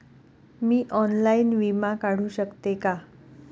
मी online विमा काढू शकते का?